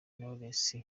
knowless